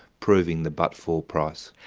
proving the but for price.